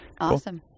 Awesome